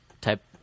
type